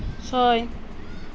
ছয়